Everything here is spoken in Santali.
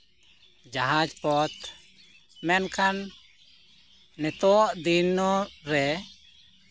ᱡᱟᱦᱟᱡᱽ ᱯᱚᱛᱷ ᱢᱮᱱᱠᱷᱟᱱ ᱱᱤᱛᱳᱜ ᱫᱤᱱᱚ ᱨᱮ